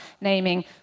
naming